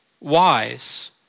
wise